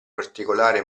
particolare